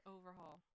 Overhaul